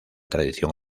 tradición